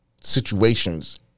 situations